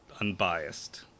unbiased